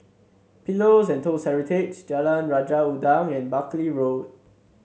Pillows and Toast Heritage Jalan Raja Udang and Buckley Road